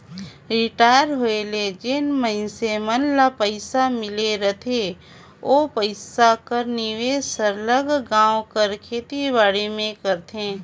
retire होए ले जेन मइनसे मन ल पइसा मिल रहथे ओ पइसा कर निवेस सरलग गाँव कर खेती बाड़ी में करथे